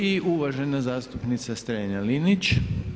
I uvažena zastupnica Strenja-Linić.